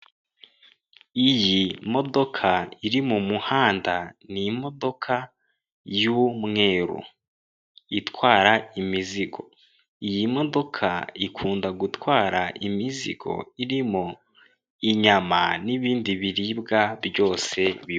Iyi modoka iri mu muhanda, ni imodoka y'umweru itwara imizigo. Iyi modoka ikunda gutwara imizigo irimo inyama n'ibindi biribwa byose.